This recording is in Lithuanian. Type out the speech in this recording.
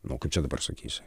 nu kaip čia dabar sakysi